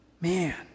Man